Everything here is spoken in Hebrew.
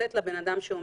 לאחרים.